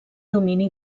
domini